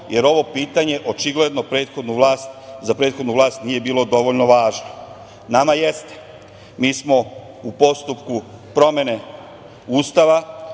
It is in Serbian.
jer ovo pitanje očigledno za prethodnu vlast nije bilo dovoljno važno. Nama jeste. Mi smo u postupku promene Ustava